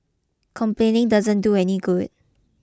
complaining doesn't do any good